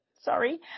sorry